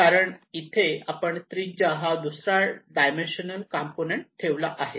कारण इथे आपण त्रिज्या हा दुसरा डायमेन्शनल कॉम्पोनन्ट कॉन्स्टंट ठेवला आहे